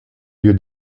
lieu